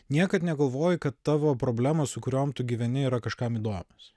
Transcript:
niekad negalvoji kad tavo problemos su kuriom tu gyveni yra kažkam įdomios